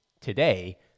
today